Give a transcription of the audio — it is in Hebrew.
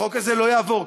החוק הזה לא יעבור.